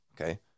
okay